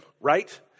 right